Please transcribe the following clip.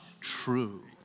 true